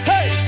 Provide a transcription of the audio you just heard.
Hey